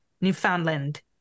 Newfoundland